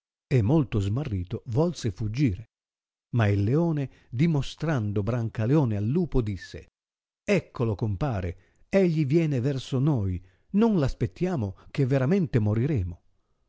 e molto smarrito volse fuggire ma il leone dimostrando brancaleone al lupo disse eccolo compare egli viene verso noi non l'aspettiamo che veramente moriremo